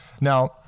Now